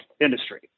industry